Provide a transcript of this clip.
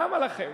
למה לכם?